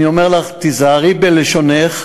אני אומר לך: תיזהרי בלשונך,